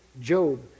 Job